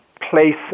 place